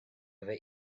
over